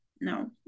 no